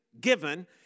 given